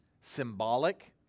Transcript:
symbolic